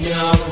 no